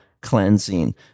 cleansing